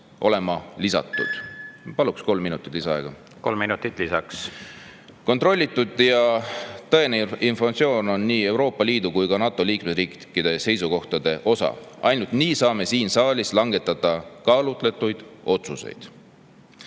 nimel Lauri Laats, palun! Kolm minutit lisaks. Kontrollitud ja tõene informatsioon on nii Euroopa Liidu kui ka NATO liikmesriikide seisukohtade osa. Ainult nii saame siin saalis langetada kaalutletud otsuseid.